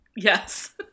Yes